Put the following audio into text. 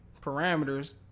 parameters